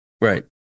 right